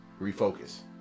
refocus